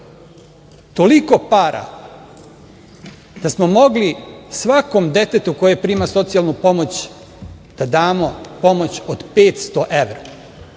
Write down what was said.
dolara. Toliko para da smo mogli svakom detetu koje prima socijalnu pomoć da damo pomoć od 500 evra.